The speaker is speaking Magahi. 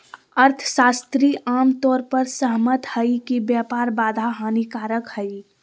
अर्थशास्त्री आम तौर पर सहमत हइ कि व्यापार बाधा हानिकारक हइ